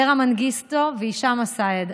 אברה מנגיסטו והישאם א-סייד.